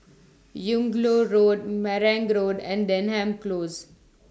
Yung Loh Road Marang Road and Denham Close